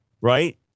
right